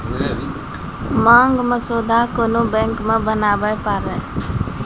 मांग मसौदा कोन्हो बैंक मे बनाबै पारै